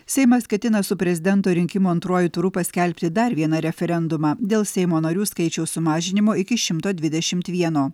seimas ketina su prezidento rinkimų antruoju turu paskelbti dar vieną referendumą dėl seimo narių skaičiaus sumažinimo iki šimto dvidešimt vieno